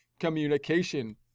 communication